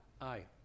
Aye